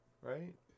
right